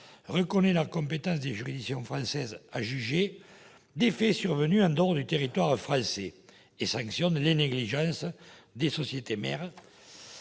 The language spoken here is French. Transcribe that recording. reconnaît la compétence des juridictions françaises à juger des faits survenus en dehors du territoire français et sanctionne la négligence de la société mère